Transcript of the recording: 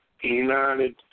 united